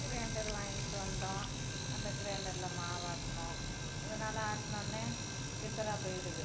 grinder வாங்கிகிட்டு வந்தோம் அந்த க்ரேண்டரில் மாவு ஆட்டினோம் அது நல்லா ஆட்னவுடனே ரிப்பேராக போய்விடுது